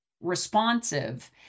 responsive